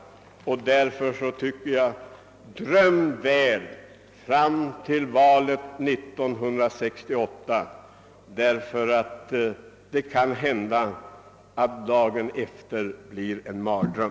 Därför säger jag: Dröm väl fram till valet 1968 — dagen därefter kanske blir en ny borgerlig mardröm!